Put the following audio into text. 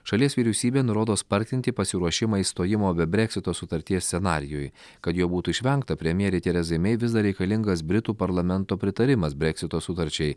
šalies vyriausybė nurodo spartinti pasiruošimą išstojimo be breksito sutarties scenarijui kad jo būtų išvengta premjerei terezai mei vis dar reikalingas britų parlamento pritarimas breksito sutarčiai